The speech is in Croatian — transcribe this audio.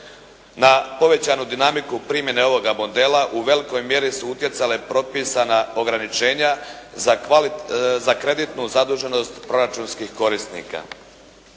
Na povećanu dinamiku primjene ovoga modela, u velikoj mjeri su utjecale propisana ograničenja za kreditnu zaduženost proračunskih korisnika.